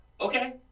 Okay